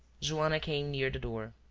joanna came near the door.